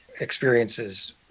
experiences